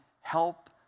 help